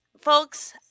folks